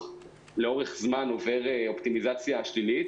לאורך זמן עובר אופטימיזציה שלילית,